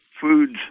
foods